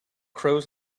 crows